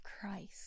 Christ